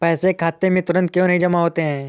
पैसे खाते में तुरंत क्यो नहीं जमा होते हैं?